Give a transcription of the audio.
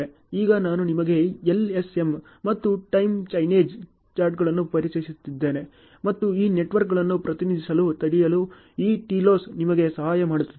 ಈಗ ನಾನು ನಿಮಗೆ LSM ಮತ್ತು ಟೈಮ್ ಚೈನೇಜ್ ಚಾರ್ಟ್ಗಳನ್ನು ಪರಿಚಯಿಸಿದ್ದೇನೆ ಮತ್ತು ಈ ನೆಟ್ವರ್ಕ್ಗಳನ್ನು ಪ್ರತಿನಿಧಿಸಲು ತಿಳಿಯಲು ಈ ಟಿಲೋಸ್ ನಿಮಗೆ ಸಹಾಯ ಮಾಡುತ್ತದೆ